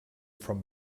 from